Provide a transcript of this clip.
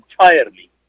entirely